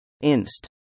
Inst